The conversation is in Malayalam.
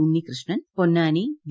ഉണ്ണിക്കൃഷ്ണൻ പൊന്നാനി വി